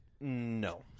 No